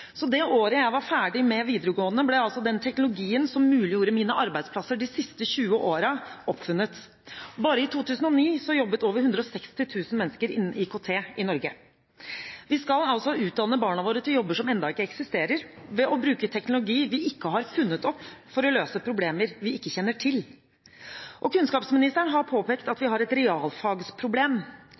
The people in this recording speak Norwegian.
Så det året jeg var ferdig med videregående, ble den teknologien som muliggjorde mine arbeidsplasser de siste 20 årene, oppfunnet. I 2009 jobbet over 160 000 mennesker innen IKT i Norge. Vi skal altså utdanne barna våre til jobber som ennå ikke eksisterer, ved å bruke teknologi vi ikke har funnet opp, for å løse problemer vi ikke kjenner til. Kunnskapsministeren har påpekt at vi har et realfagsproblem.